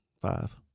five